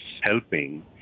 helping